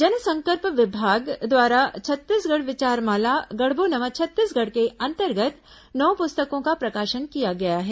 जनसंपर्क विभाग द्वारा छत्तीसगढ़ विचार माला गढ़बो नवा छत्तीसगढ़ के अंतर्गत नौ पुस्तकों का प्रकाशन किया गया है